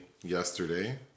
yesterday